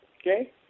okay